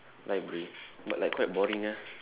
library but like quite boring eh